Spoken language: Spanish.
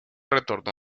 retornó